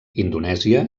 indonèsia